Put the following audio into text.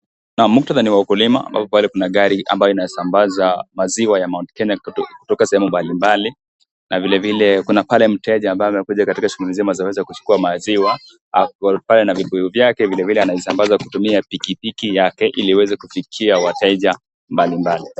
Muktadha ni wa ukulima ambapo pale kuna gari ambayo inasambaza maziwa ya mt. Kenya kutoka sehemu mbalimbali na kuna mteja ambaye amekuja katika shughuli nzima aweze kuchukua maziwa. Ako pale na vibuyu vyake vilevile anavisambaza kutumia pikipiki yake ili iweze kufikia wateja mbalimbali.